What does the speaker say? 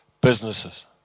Businesses